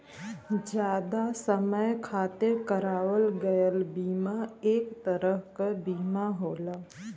जादा समय खातिर करावल गयल बीमा एक तरह क बीमा होला